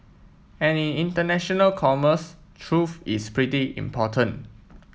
and in international commerce truth is pretty important